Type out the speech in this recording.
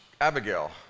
Abigail